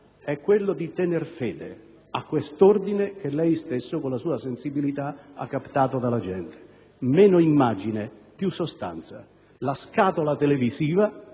è di tenere fede a questo ordine che lei stesso, con la sua sensibilità, ha captato dalla gente: meno immagine, più sostanza. La scatola televisiva,